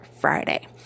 Friday